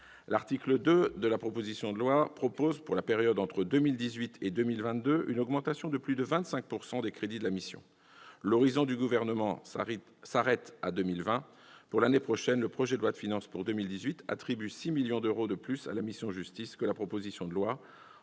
L'article 2 de la proposition de loi prévoit, pour la période entre 2018 et 2022, une augmentation plus de 25 % des crédits de la mission. L'horizon du Gouvernement s'arrête à 2020. Le projet de loi de finances pour 2018 attribue 6 millions d'euros de plus à la mission « Justice » que la proposition de loi.